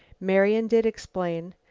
marian did explain.